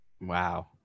Wow